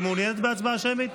היא מעוניינת בהצבעה שמית?